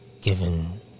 Given